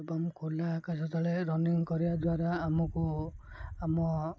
ଏବଂ ଖୋଲା ଆକାଶ ତଳେ ରନିଙ୍ଗ କରିବା ଦ୍ୱାରା ଆମକୁ ଆମ